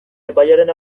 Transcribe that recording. epailearen